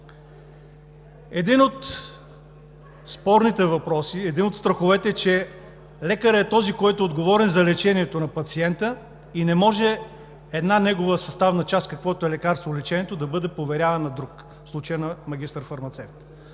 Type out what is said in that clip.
Един от спорните въпроси, един от страховете е, че лекарят е този, който е отговорен за лечението на пациента, и не може една негова съставна част, каквото е лекарстволечението, да бъде поверявана на друг – в случая на магистър-фармацевта.